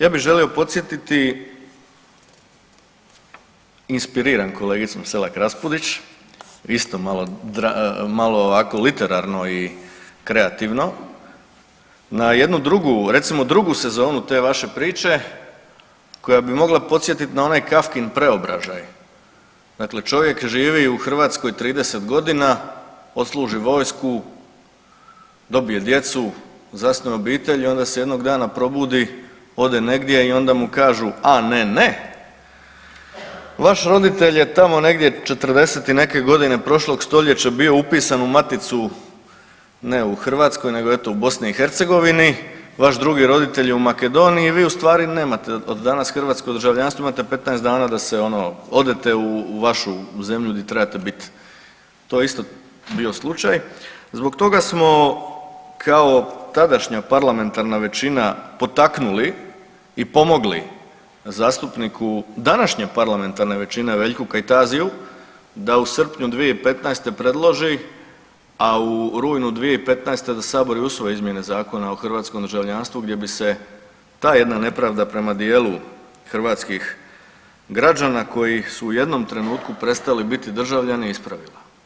Ja bih želio podsjetiti inspiriran kolegicom Selak Raspudić isto malo, malo ovako literarno i kreativno na jednu drugu, recimo drugu sezonu te vaše priče koja bi mogla podsjetiti na onaj Kafkin Preobražaj, dakle čovjek živi u Hrvatskoj 30 godina, odsluži vojsku, dobije djecu, zasnuje obitelj i onda se jednog dana probudi, ode negdje i onda mu kažu, a ne, ne, vaš roditelj je tako negdje '40. i neke godine prošlog stoljeća bio upisan u maticu ne u Hrvatskoj nego eto u BiH, vaš drugi roditelj je u Makedoniji vi u stvari nemate od danas hrvatsko državljanstvo imate 15 dana da se ono, odete u vašu zemlju gdje trebate biti, to je isto bio slučaj, zbog toga smo kao tadašnja parlamentarna većina potaknuli i pomogli zastupniku današnje parlamentarne većine Veljku Kajtaziju da u srpnju 2015. predloži, a u rujnu 2015. da sabor i usvoji izmjene Zakona o hrvatskom državljanstvu gdje bi se ta jedna nepravda prema dijelu hrvatskih građana koji su u jednom trenutku prestali biti državljani ispravila.